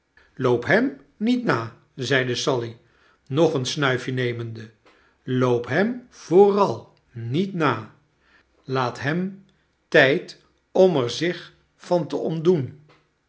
hem niet na zeide sally nog een snuifje nemende loop hem vooral niet na laat hem tijd om er zich van te ontdoen